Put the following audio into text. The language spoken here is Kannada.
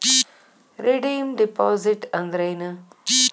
ರೆಡೇಮ್ ಡೆಪಾಸಿಟ್ ಅಂದ್ರೇನ್?